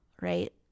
right